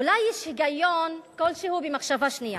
אולי יש היגיון כלשהו במחשבה שנייה,